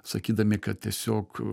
sakydami kad tiesiog